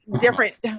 different